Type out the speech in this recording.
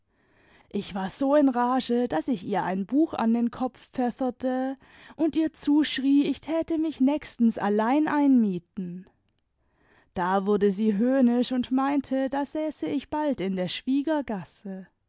ich war so in rage daß ich ihr ein buch an den kopf pfefferte und ihr zuschrie ich täte mich nächstens allein einmieten da wurde sie höhnisch und meinte da säße ich bald in der schwiegergasse